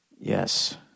Yes